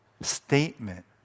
statement